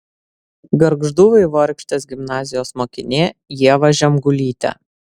gargždų vaivorykštės gimnazijos mokinė ieva žemgulytė